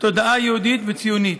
בתודעה יהודית וציונית,